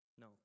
no